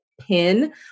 pin